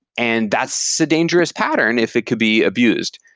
and that's a dangerous pattern if it could be abused.